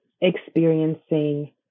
experiencing